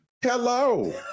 Hello